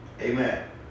Amen